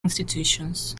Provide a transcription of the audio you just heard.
institutions